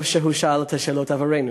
טוב שהוא שאל את השאלות עבורנו.